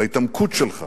וההתעמקות שלך